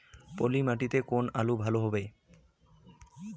পলি মাটিতে কোন আলু ভালো হবে?